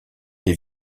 les